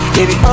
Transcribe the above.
Baby